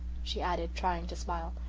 she added, trying to smile,